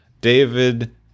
david